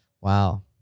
Wow